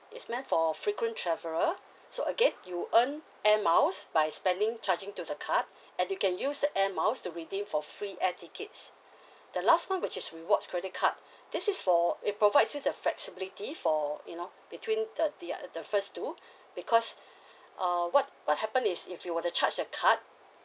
it's meant for frequent traveller so again you earn air miles by spending charging to the card and you can use the air miles to redeem for free air tickets the last one which is rewards credit card this is for it provides you the flexibility for you know between the the the first two because uh what what happen is if you were to charge the card